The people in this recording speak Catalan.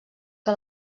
que